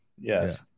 Yes